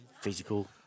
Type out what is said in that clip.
physical